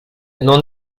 non